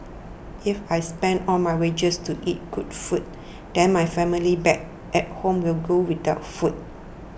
if I spend all my wages to eat good food then my family back at home will go without food